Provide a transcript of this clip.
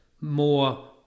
more